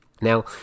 Now